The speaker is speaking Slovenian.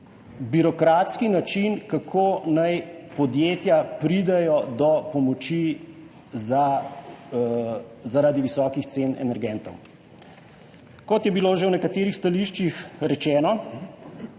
birokratski način, kako naj podjetja pridejo do pomoči zaradi visokih cen energentov. Kot je bilo že v nekaterih stališčih rečeno,